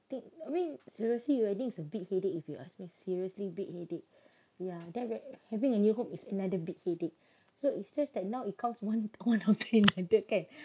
take I mean seriously you wedding's already a big headache if you ask me seriously big headache ya then having a new home is another big headache so it's just that now it comes one one can take care kan